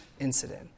incident